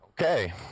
Okay